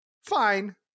Fine